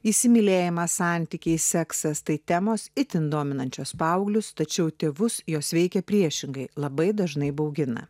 įsimylėjimas santykiai seksas tai temos itin dominančios paauglius tačiau tėvus jos veikia priešingai labai dažnai baugina